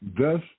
Thus